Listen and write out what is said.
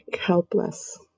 helpless